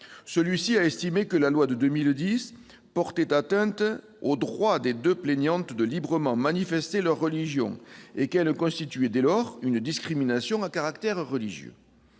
Celui-ci a estimé que la loi de 2010 portait atteinte « au droit des deux plaignantes de librement manifester leur religion » et qu'elle constituait, dès lors, une discrimination à caractère religieux.